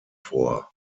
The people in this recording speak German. vor